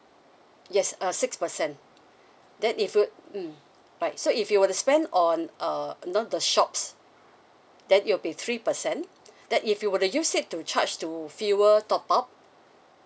yes uh six percent then if you mm right so if you were to spend on uh know the shops then it'll be three percent then if you were to use it to charge to fuel top up